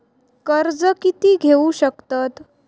कर्ज कीती घेऊ शकतत?